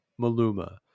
Maluma